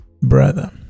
brother